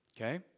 okay